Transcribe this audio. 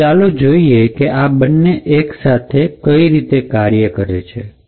તો ચાલો જોઈએ કે આ બંને એક સાથે કઈ રીતે કામ કરે છે